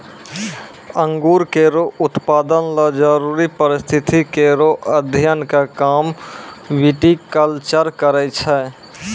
अंगूर केरो उत्पादन ल जरूरी परिस्थिति केरो अध्ययन क काम विटिकलचर करै छै